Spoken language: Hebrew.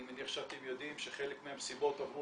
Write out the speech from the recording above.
אני מניח שאתם יודעים שחלק מהמסיבות עברו